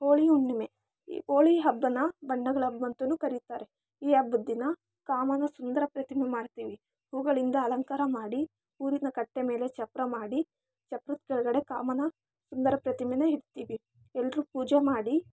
ಹೋಳಿ ಹುಣ್ಣಿಮೆ ಹೋಳಿ ಹಬ್ಬನ ಬಣ್ಣಗಳ ಹಬ್ಬ ಅಂತನೂ ಕರೀತಾರೆ ಈ ಹಬ್ಬದ ದಿನ ರಾಮನ ಸುಂದರ ಪ್ರತಿಮೆ ಮಾಡ್ತೀವಿ ಹೂಗಳಿಂದ ಅಲಂಕಾರ ಮಾಡಿ ಊರಿನ ಕಟ್ಟೆ ಮೇಲೆ ಚಪ್ಪರ ಮಾಡಿ ಚಪ್ಪರದ ಕೆಳಗಡೆ ರಾಮನ ಸುಂದರ ಪ್ರತಿಮೇನ ಇಡ್ತೀವಿ